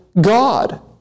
God